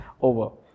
over